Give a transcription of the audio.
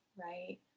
right